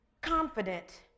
confident